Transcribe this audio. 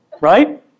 Right